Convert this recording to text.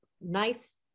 nice